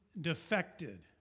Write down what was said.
defected